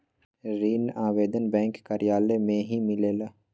ऋण आवेदन बैंक कार्यालय मे ही मिलेला?